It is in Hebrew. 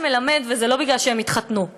וזה לא כי הם התחתנו,